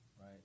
right